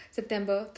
September